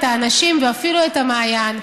את האנשים ואפילו את המעיין,